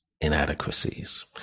inadequacies